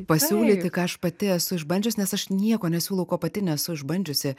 pasiūlyti ką aš pati esu išbandžius nes aš nieko nesiūlau ko pati nesu išbandžiusi